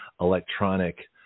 electronic